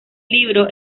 libro